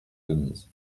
denise